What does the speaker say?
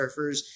surfers